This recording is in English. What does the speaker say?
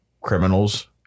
criminals